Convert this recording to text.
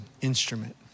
instrument